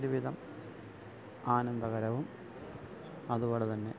ഒരുവിധം ആനന്ദകരവും അതുപോലെ തന്നെ